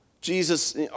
Jesus